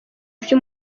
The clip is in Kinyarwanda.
ibyo